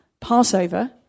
Passover